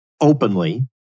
openly